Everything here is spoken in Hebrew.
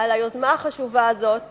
על היוזמה החשובה הזאת